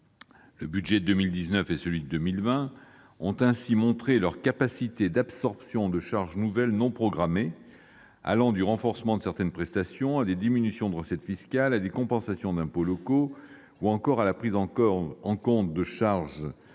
Le budget de 2019 et celui de 2020 ont ainsi montré leur capacité d'absorption de charges nouvelles non programmées, allant du renforcement de certaines prestations à des diminutions de recettes fiscales, en passant par des compensations de la suppression d'impôts locaux ou par la prise en compte de charges externes,